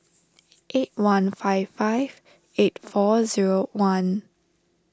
eight one five five eight four zero one